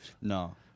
No